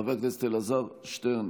חבר הכנסת אלעזר שטרן,